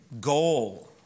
goal